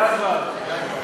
איזה ועדה?